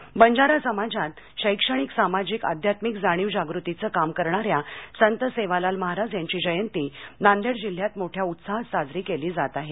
नांदेड बंजारा समाजात शैक्षणिक सामाजिक आध्यात्मिक जाणीव जागृतीचं काम करणाऱ्या संत सेवालाल महाराज यांची जयंती नांदेड जिल्ह्यात मोठ्या उत्साहात साजरी केली जात आहे